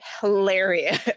hilarious